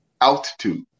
altitude